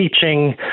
teaching